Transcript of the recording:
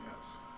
Yes